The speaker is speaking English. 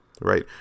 right